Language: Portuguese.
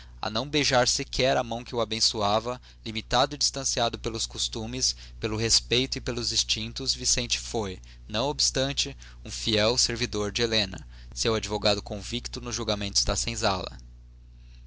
a não beijar sequer a mão que o abençoava limitado e distanciado pelos costumes pelo respeito e pelos instintos vicente foi não obstante um fiel servidor de helena seu advogado convicto nos julgamentos da senzala